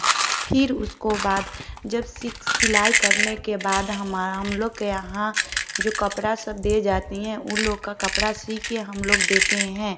फिर उसके बाद जब सिलाई करने के बाद हम हम लोग के यहाँ जो कपड़ा सब दे जाती है वह लोग का कपड़ा सिल कर हम लोग देते हैं